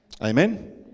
amen